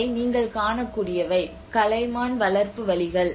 இவை நீங்கள் காணக்கூடியவை கலைமான் வளர்ப்பு வழிகள்